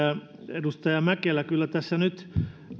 edustaja mäkelä kyllä tässä nyt